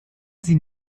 sie